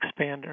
expander